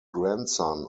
grandson